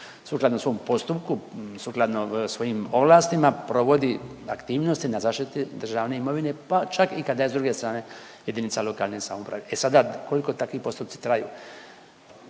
sukladno svom postupku, sukladno svojim ovlastima provodi aktivnosti na zaštiti državne imovine pa čak i kada je s druge strane jedinica lokalne samouprave. E sada koliko takvi postupci traju,